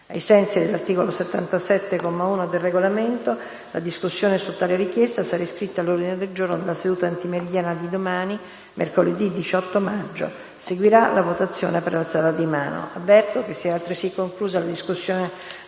Ai sensi dell'articolo 77, comma 1, del Regolamento, la discussione su tale richiesta sarà iscritta all'ordine del giorno della seduta antimeridiana di domani, mercoledì 18 maggio. Seguirà la votazione per alzata di mano. **Interventi su argomenti non iscritti